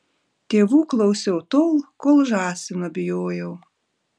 tėvų klausiau tol kol žąsino bijojau